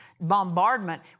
bombardment